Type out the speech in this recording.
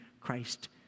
Christ